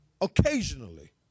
occasionally